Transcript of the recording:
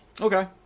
Okay